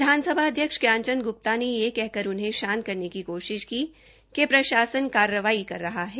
विधानसभा अध्यक्ष ज्ञान चंद ग्प्ता ने यह कहकर उन्हें शांत करने की कोशिश की कि प्रशासन कार्रवाई कर रहा है